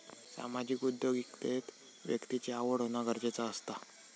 सामाजिक उद्योगिकतेत व्यक्तिची आवड होना गरजेचा असता